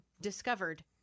discovered